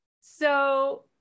So-